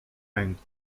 ręki